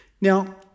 Now